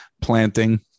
planting